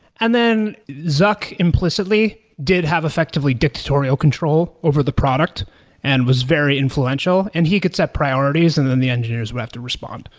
and then zuck implicitly did have a effectively dictatorial control over the product and was very influential, and he could set priorities and then the engineers would have to respond.